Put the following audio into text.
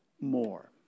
more